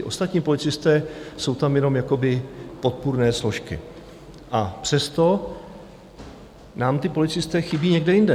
Ostatní policisté jsou tam jenom jakoby podpůrné složky, a přesto nám ti policisté chybí někde jinde.